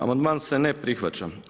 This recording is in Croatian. Amandman se ne prihvaća.